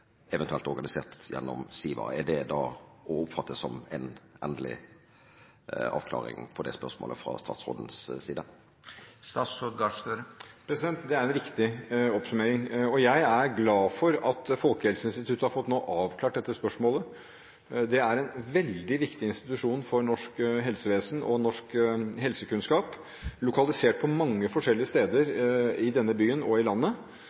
eventuelt organisert gjennom SIVA. Er det å oppfatte som en endelig avklaring på spørsmålet fra statsrådens side? Det er en riktig oppsummering. Jeg er glad for at Folkehelseinstituttet nå har fått avklart dette spørsmålet. Det er en veldig viktig institusjon for norsk helsevesen og norsk helsekunnskap, som er lokalisert på mange forskjellige steder i denne byen og i landet.